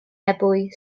ebwy